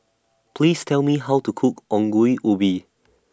Please Tell Me How to Cook Ongol Ubi